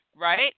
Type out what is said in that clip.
right